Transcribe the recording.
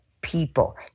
people